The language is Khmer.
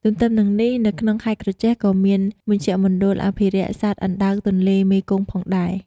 ទន្ទឹមនឹងនេះនៅក្នុងខេត្តក្រចេះក៏មានមជ្ឈមណ្ឌលអភិរក្សសត្វអណ្ដើកទន្លេមេគង្គផងដែរ ។